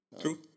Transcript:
True